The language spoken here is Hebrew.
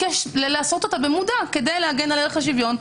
ביקש לעשותה במודע כדי להגן על ערך השוויון.